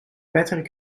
patrick